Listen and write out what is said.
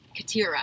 Katira